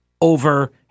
over